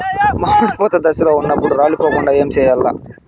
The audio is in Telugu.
మామిడి పూత దశలో ఉన్నప్పుడు రాలిపోకుండ ఏమిచేయాల్ల?